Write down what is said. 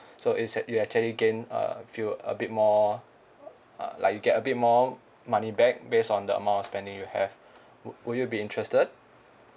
so instead you actually gain uh feel a bit more uh like you get a bit more money back based on the amount of spending you have would would you be interested